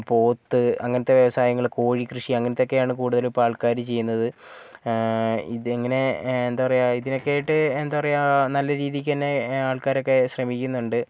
പോത്ത് അങ്ങനത്തെ വ്യവസായങ്ങൾ കോഴി കൃഷി അങ്ങനത്തെയൊക്കെയാണ് കൂടുതലും ഇപ്പോൾ ആൾക്കാർ ചെയ്യുന്നത് ഇതിങ്ങനെ എന്താ പറയുക ഇതിനൊക്കെ ആയിട്ട് എന്താ പറയുക നല്ല രീതിക്ക് തന്നെ ആൾക്കാരൊക്കെ ശ്രമിക്കുന്നുണ്ട്